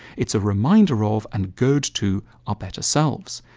it's a reminder of and goad to our better selves,